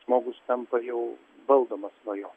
žmogus tampa jau valdomas nuo jo